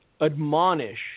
admonish